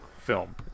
film